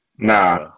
Nah